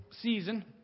season